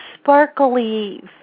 sparkly